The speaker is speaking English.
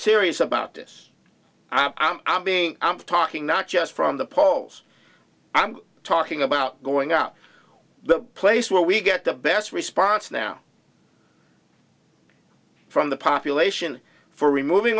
serious about this i'm being i'm talking not just from the polls i'm talking about going out the place where we get the best response now from the population for removing